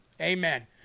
Amen